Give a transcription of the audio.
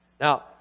Now